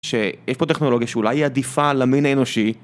שיש פה טכנולוגיה שאולי היא עדיפה למין האנושי.